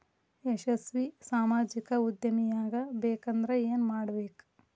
ಯಶಸ್ವಿ ಸಾಮಾಜಿಕ ಉದ್ಯಮಿಯಾಗಬೇಕಂದ್ರ ಏನ್ ಮಾಡ್ಬೇಕ